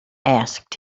asked